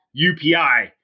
UPI